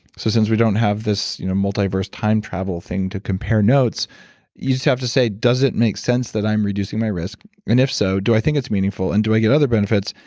so since we don't have this you know multi-verse time travel thing to compare notes you just have to say, does it make sense that i'm reducing my risk? and if so do i think it's meaningful and do i get other benefits?